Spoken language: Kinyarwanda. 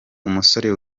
umusore